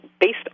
based